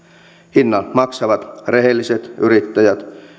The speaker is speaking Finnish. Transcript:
hinnan maksavat rehelliset yrittäjät